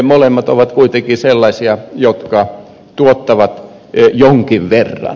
molemmat ovat kuitenkin sellaisia jotka tuottavat jonkin verran